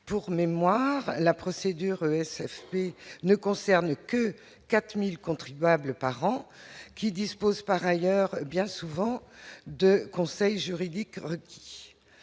pour mémoire, la procédure ne concerne que 4000 contribuables par an qui dispose par ailleurs bien souvent de conseil juridique pour